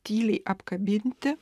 tyliai apkabinti